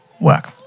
work